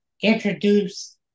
introduce